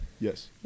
Yes